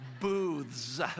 Booths